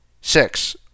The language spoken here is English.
six